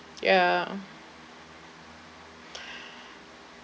ya